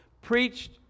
preached